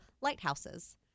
lighthouses